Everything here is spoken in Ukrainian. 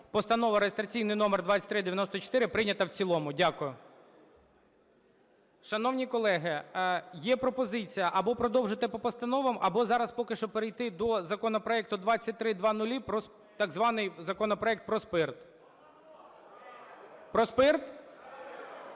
Постанова реєстраційний номер 2394 прийнята в цілому. Дякую. Шановні колеги, є пропозиція або продовжити по постановам, або зараз поки що перейти до законопроекту 2300, так званий законопроект про спирт. Про спирт?